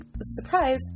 surprise